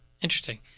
Interesting